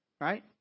right